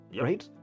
right